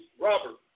Robert